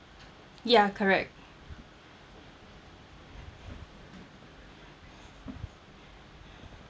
ya correct